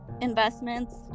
investments